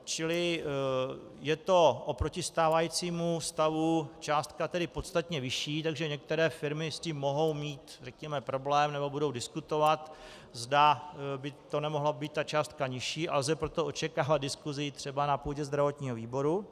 Čili je to oproti stávajícímu stavu částka podstatně vyšší, takže některé firmy s tím mohou mít, řekněme, problém nebo budou diskutovat, zda by ta částka nemohla být nižší, a lze proto očekávat diskusi třeba na půdě zdravotního výboru.